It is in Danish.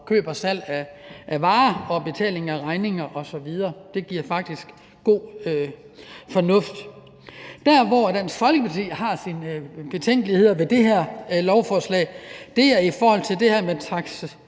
køb og salg af varer og betaling af regninger osv. Det giver faktisk god fornuft. Der, hvor Dansk Folkeparti har sine betænkeligheder ved det her lovforslag, er i forhold til det her med